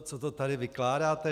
Co to tady vykládáte?